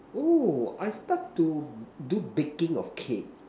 oh I start to do baking of cake